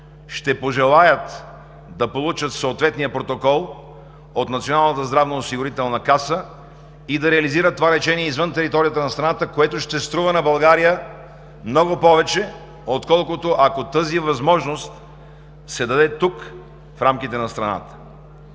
ще пожелаят да получат съответния протокол от Националната здравноосигурителна каса и да реализират това лечение извън територията на страната, което ще струва на България много повече, отколкото ако тази възможност се даде тук, в рамките на страната.